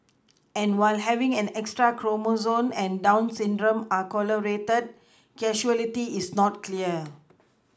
and while having an extra chromosome and down syndrome are correlated causality is not clear